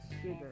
sugar